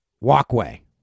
walkway